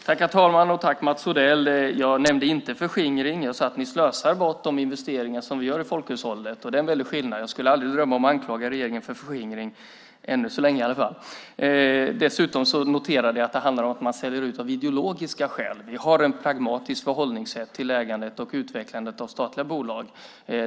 Herr talman! Tack, Mats Odell! Jag nämnde inte förskingring. Jag sade att ni slösar bort de investeringar som görs i folkhushållet. Det är en skillnad. Jag skulle aldrig drömma om att anklaga regeringen för förskingring - än så länge, i alla fall. Jag noterade att det handlar om att sälja ut av ideologiska skäl. Vi har ett pragmatiskt förhållningssätt till ägandet och utvecklandet av statliga bolag.